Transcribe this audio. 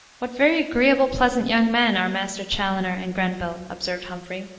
what very agreeable, pleasant young men are master chaloner and grenville, observed humphrey.